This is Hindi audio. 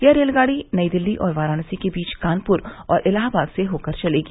यह रेलगाड़ी नई दिल्ली और वाराणसी के बीच कानपुर और इलाहाबाद से होकर चलेगी